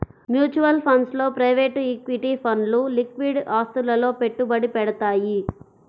mutual funds లో private equity ఫండ్లు liquid ఆస్తులలో పెట్టుబడి పెడతయ్యి